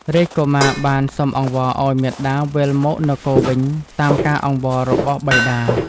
រាជកុមារបានសុំអង្វរឱ្យមាតាវិលមកនគរវិញតាមការអង្វេររបស់បិតា។